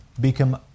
become